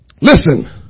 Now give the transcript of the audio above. Listen